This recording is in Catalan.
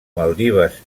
maldives